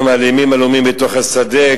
אנחנו מאלמים אלומים בּתוך השדה,